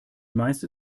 meiste